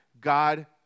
God